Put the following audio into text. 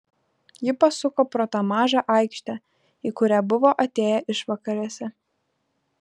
ji pasuko pro tą mažą aikštę į kurią buvo atėję išvakarėse